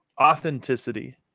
authenticity